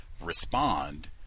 respond